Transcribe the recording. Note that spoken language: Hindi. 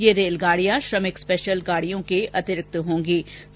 यह रेलगाड़ियां श्रमिक स्पेशल गाड़ियों के अतिरिक्त चलायी जाएंगी